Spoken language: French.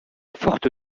forte